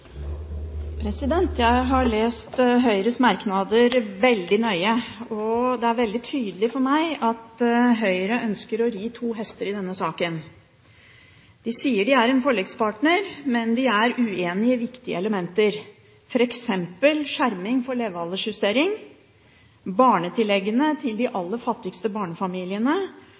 Jeg har lest Høyres merknader veldig nøye, og det er veldig tydelig for meg at Høyre ønsker å ri to hester i denne saken. De sier de er en forlikspartner, men de er uenig i viktige elementer, f.eks. når det gjelder skjerming for levealdersjustering og barnetilleggene til de aller fattigste barnefamiliene,